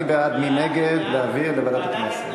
מי בעד ומי נגד ההצעה להעביר לוועדת הכנסת?